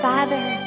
Father